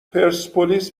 پرسپولیس